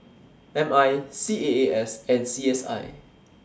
M I C A A S and C S I